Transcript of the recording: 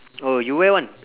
oh you where one